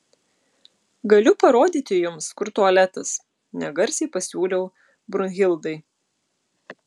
galiu parodyti jums kur tualetas negarsiai pasiūliau brunhildai